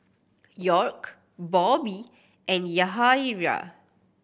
York Bobby and Yahaira